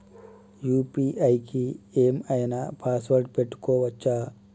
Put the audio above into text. UPI కి ఏం ఐనా పాస్వర్డ్ పెట్టుకోవచ్చా?